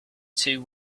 two